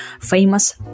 famous